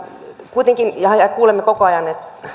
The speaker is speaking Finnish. kuitenkin kuulemme koko ajan